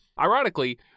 Ironically